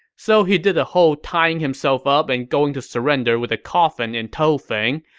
so he did the whole tying himself up and going to surrender with a coffin in tow thing,